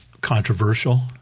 controversial